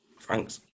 Thanks